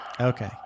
Okay